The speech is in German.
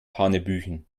hanebüchen